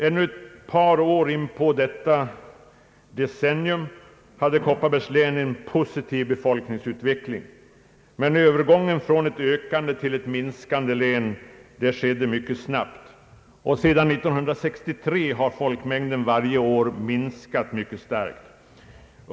Ännu ett par år in på detta decennium hade Kopparbergs län en positiv befolkningsutveckling, men övergången från ett ökande till ett minskande län skedde mycket snabbt. Sedan 1963 har folkmängden varje år minskat starkt.